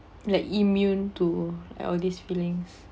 like immune to like all these feelings